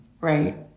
right